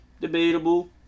debatable